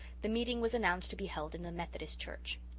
the meeting was announced to be held in the methodist church.